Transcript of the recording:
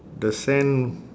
the sand